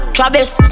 Travis